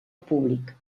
públic